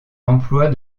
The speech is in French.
emploi